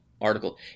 article